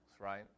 right